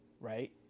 right